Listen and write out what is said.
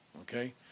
Okay